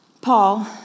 Paul